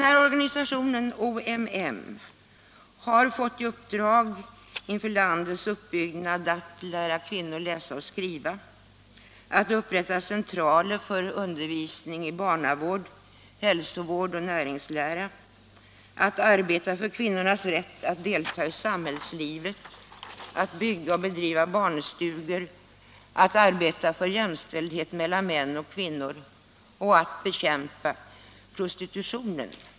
Organisationen OMM har inför landets uppbyggnad fått i uppdrag att lära kvinnor läsa och skriva, att upprätta centraler för undervisning i barnavård, hälsovård och näringslära, att arbeta för kvinnornas rätt att delta i samhällslivet, att bygga och bedriva barnstugor, att arbeta för jämställdhet mellan män och kvinnor och att bekämpa prostitutionen.